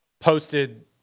posted